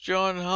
John